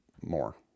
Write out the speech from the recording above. more